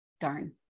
darn